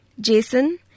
Jason